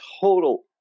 total